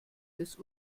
des